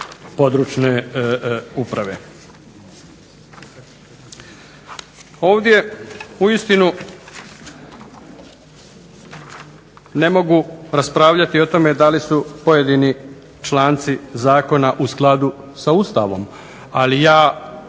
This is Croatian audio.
područne uprave. Ovdje uistinu ne mogu raspravljati o tome da li su pojedini članci zakona u skladu sa Ustavom, ali ja